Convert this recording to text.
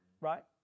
Right